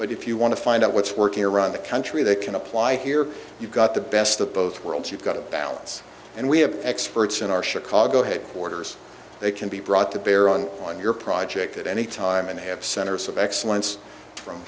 but if you want to find out what's working around the country that can apply here you've got the best of both worlds you've got a balance and we have experts in our chicago headquarters they can be brought to bear on on your project at any time and have centers of excellence from